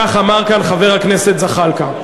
כך אמר כאן חבר הכנסת זחאלקה.